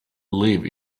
live